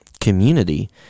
community